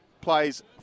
plays